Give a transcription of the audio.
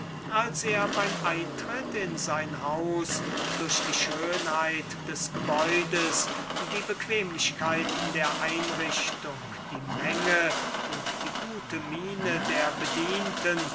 als er bei dem eintritt in sein haus durch die schönheit des gebäudes die bequemlichkeiten der einrichtung die menge und die gute miene der bedienten